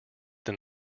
than